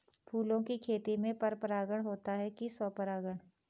फूलों की खेती में पर परागण होता है कि स्वपरागण?